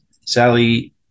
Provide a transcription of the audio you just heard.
Sally